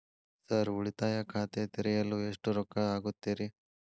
Sir ಉಳಿತಾಯ ಖಾತೆ ತೆರೆಯಲು ಎಷ್ಟು ರೊಕ್ಕಾ ಆಗುತ್ತೇರಿ?